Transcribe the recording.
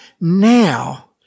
now